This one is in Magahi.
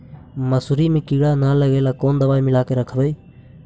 मसुरी मे किड़ा न लगे ल कोन दवाई मिला के रखबई?